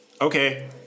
okay